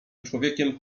człowiekiem